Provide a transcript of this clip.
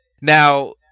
now